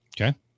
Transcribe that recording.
Okay